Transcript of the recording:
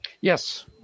Yes